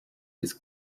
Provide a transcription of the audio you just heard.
his